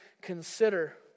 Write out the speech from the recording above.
consider